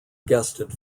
guested